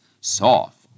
Soft